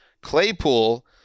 Claypool